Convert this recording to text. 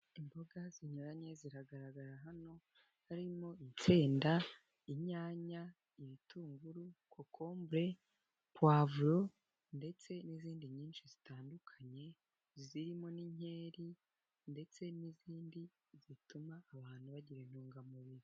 Imboga zinyuranye ziragaragara hano, harimo insenda, inyanya, ibitunguru, kokombure, puwavuro, ndetse n'izindi nyinshi zitandukanye, zirimo n'inkeri, ndetse n'izindi zituma abantu bagira intungamubiri.